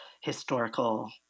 historical